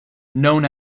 known